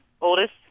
oldest